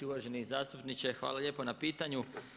Uvaženi zastupniče, hvala lijepa na pitanju.